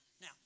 Now